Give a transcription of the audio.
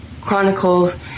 Chronicles